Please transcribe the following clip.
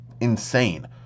Insane